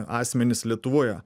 asmenys lietuvoje